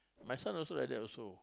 my son also like that also